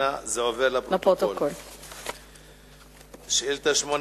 חסון שאל את שר